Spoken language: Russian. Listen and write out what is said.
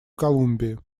колумбии